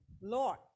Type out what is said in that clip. Lord